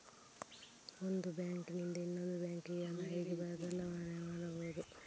ಒಂದು ಬ್ಯಾಂಕ್ ನಿಂದ ಇನ್ನೊಂದು ಬ್ಯಾಂಕ್ ಗೆ ಹಣ ಹೇಗೆ ಚಲಾವಣೆ ಮಾಡುತ್ತಾರೆ?